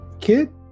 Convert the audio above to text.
kid